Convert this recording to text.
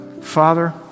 father